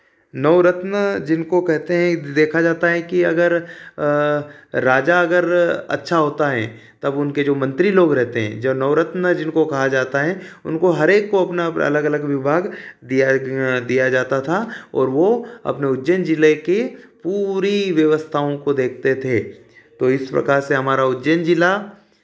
नवरत्न जिनको कहते हैं देखा जाता है कि अगर राजा अगर अच्छा होता है तब उनके जो मंत्री लोग रहते हैं जो नवरत्न जिनको कहा जाता है उनको हर एक को अपना अलग अलग विभाग दिया दिया जाता था और वे अपने उज्जैन जिले की पूरी व्यवस्थाओं को देखते थे तो इस प्रकार से हमारा उज्जैन जिला